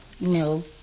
No